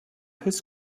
his